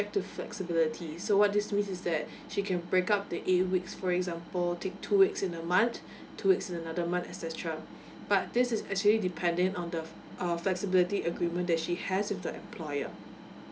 to flexibility so what this means is that she can break up the eight weeks for example take two weeks in a month two weeks in another month et cetera but this is actually depending on the uh flexibility agreement that she has with the employer